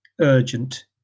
urgent